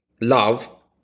love